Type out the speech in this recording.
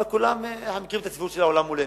אבל אנחנו מכירים את הצביעות של העולם מולנו.